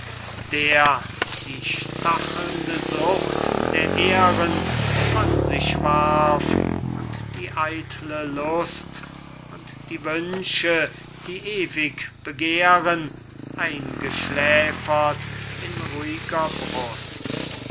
der die stachelnde sucht der ehren von sich warf und die eitle lust und die wünsche die ewig begehren eingeschläfert in ruhiger